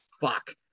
fuck